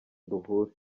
duhure